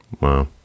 Wow